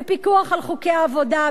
בפיקוח על חוקי העבודה,